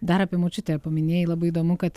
dar apie močiutę paminėjai labai įdomu kad